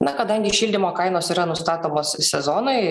na kadangi šildymo kainos yra nustatomos sezonui